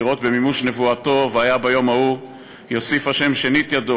לראות במימוש נבואתו: "והיה ביום ההוא יוסיף ה' שנית ידו